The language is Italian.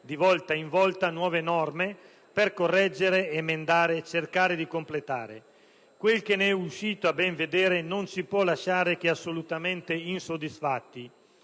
di volta in volta, nuove norme, per correggere, emendare e cercare di completare. Quel che ne è uscito, a ben vedere, non può che lasciarci assolutamente insoddisfatti,